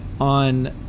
on